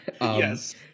Yes